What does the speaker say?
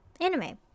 anime